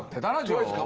and